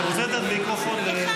זאת אומרת, לפני סעיף 1, מוסר.